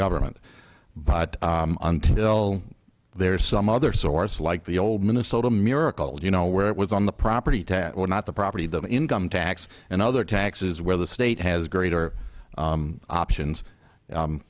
government but until there's some other source like the old minnesota miracle you know where it was on the property tax or not the property the income tax and other taxes where the state has greater options